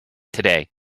today